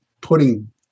putting